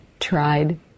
Tried